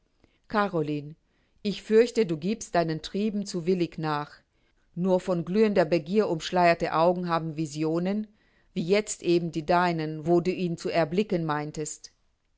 caroline ich fürchte du giebst deinen trieben zu willig nach nur von glühender begier umschleierte augen haben visionen wie jetzt eben die deinen wo du ihn zu erblicken meintest